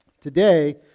Today